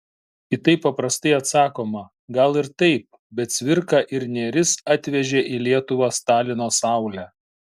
į tai paprastai atsakoma gal ir taip bet cvirka ir nėris atvežė į lietuvą stalino saulę